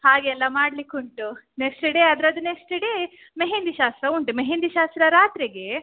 ಹಾಗೆಯೆಲ್ಲಾ ಮಾಡಲಿಕ್ಕುಂಟು next day ಅದರದ್ದು next day mehendi ಶಾಸ್ತ್ರ ಉಂಟು ಮೆಹೆಂದಿ ಶಾಸ್ತ್ರ ರಾತ್ರಿಗೆ